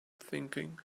thinking